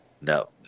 No